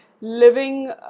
living